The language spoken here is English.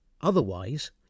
Otherwise